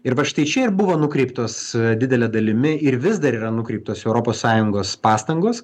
ir vat štai čia ir buvo nukreiptos didele dalimi ir vis dar yra nukreiptos europos sąjungos pastangos